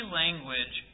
language